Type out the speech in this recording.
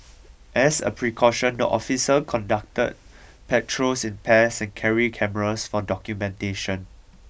as a precaution the officers conduct patrols in pairs and carry cameras for documentation